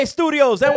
Studios